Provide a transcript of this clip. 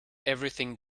everything